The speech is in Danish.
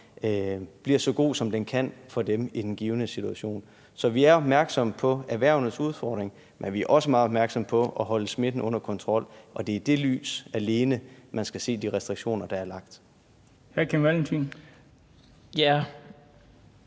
bliver så god for dem, som den kan i den givne situation. Så vi er opmærksomme på erhvervenes udfordringer, men vi er også meget opmærksomme på at holde smitten under kontrol, og det er i det lys alene, man skal se de restriktioner, der er lagt